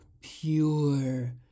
pure